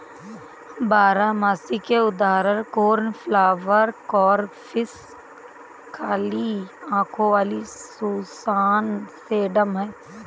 बारहमासी के उदाहरण कोर्नफ्लॉवर, कोरॉप्सिस, काली आंखों वाली सुसान, सेडम हैं